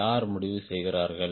யார் முடிவு செய்கிறார்கள்